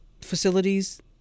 facilities